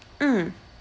mm